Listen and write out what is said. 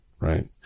right